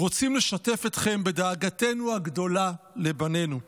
רוצים לשתף אתכם בדאגתנו הגדולה לבנינו.